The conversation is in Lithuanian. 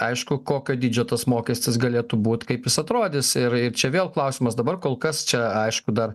aišku kokio dydžio tas mokestis galėtų būt kaip jis atrodys ir ir čia vėl klausimas dabar kol kas čia aišku dar